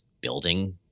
building-